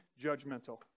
judgmental